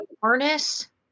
harness